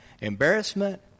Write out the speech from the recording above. embarrassment